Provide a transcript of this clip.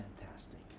fantastic